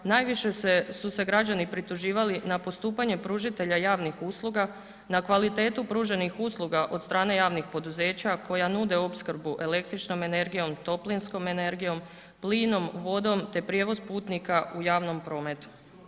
Najviše su se građani prituživali na postupanje pružatelja javnih usluga, na kvalitetu pruženih usluga od strane javnih poduzeća koja nude opskrbu električnom energijom, toplinskom energijom, plinom, vodom te prijevoz putnika u javnom prometu.